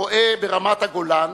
רואה ברמת-הגולן